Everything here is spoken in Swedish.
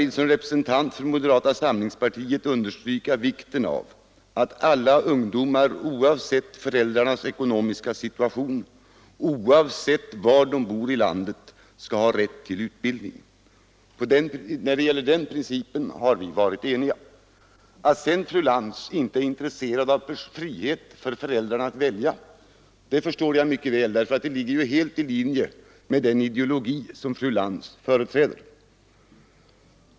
Som representant för moderata samlingspartiet vill jag understryka vikten av att alla ungdomar oavsett föräldrarnas ekonomiska situation och oavsett var de bor i landet skall ha rätt till utbildning. När det gäller den principen har vi varit eniga. Att fru Lantz sedan inte är intresserad av frihet för föräldrarna att välja förstår jag mycket väl. Det ligger ju helt i linje med den ideologi hon företräder.